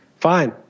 Fine